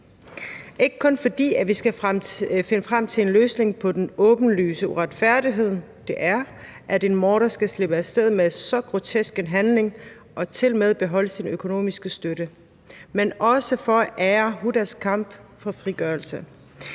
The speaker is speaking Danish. ikke kun fordi vi skal finde frem til en løsning på den åbenlyse uretfærdighed, det er, at en morder kan slippe af sted med så grotesk en handling og tilmed beholde sin økonomiske støtte, men også for at ære Hudas kamp for frigørelse.